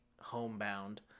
homebound